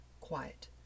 quiet